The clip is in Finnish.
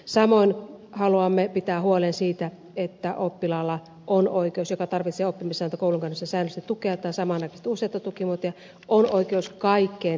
samoin haluamme pitää huolen siitä että oppilaalla joka tarvitsee oppimisen kannalta säännöllistä tukea tai samanaikaisesti useita tukimuotoja on oikeus kaikkeen tehostettuun tukeen